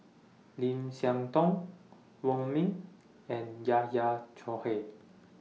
Lim Siah Tong Wong Ming and Yahya Cohen